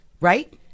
right